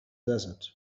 desert